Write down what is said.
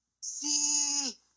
See